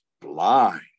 blind